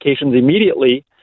immediately